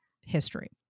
history